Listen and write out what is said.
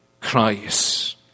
Christ